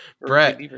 Brett